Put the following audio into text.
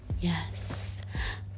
yes